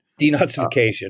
Denazification